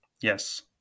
Yes